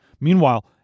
Meanwhile